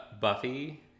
Buffy